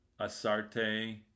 Asarte